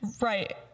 Right